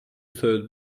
third